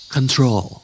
Control